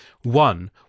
One